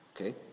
Okay